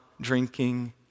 drinking